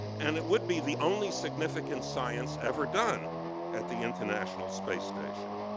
and it would be the only significant science ever done at the international space station.